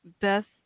best